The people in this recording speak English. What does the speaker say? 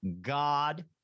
God